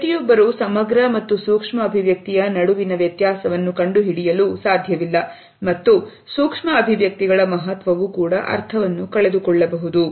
ಪ್ರತಿಯೊಬ್ಬರೂ ಸಮಗ್ರ ಮತ್ತು ಸೂಕ್ಷ್ಮ ಅಭಿವ್ಯಕ್ತಿಯ ನಡುವಿನ ವ್ಯತ್ಯಾಸವನ್ನು ಕಂಡುಹಿಡಿಯಲು ಸಾಧ್ಯವಿಲ್ಲ ಮತ್ತು ಸೂಕ್ಷ್ಮ ಅಭಿವ್ಯಕ್ತಿಗಳ ಮಹತ್ವವು ಕೂಡ ಅರ್ಥವನ್ನು ಕಳೆದುಕೊಳ್ಳಬಹುದು